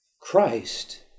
Christ